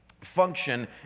function